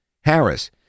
Harris